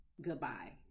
goodbye